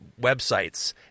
websites